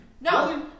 No